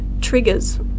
triggers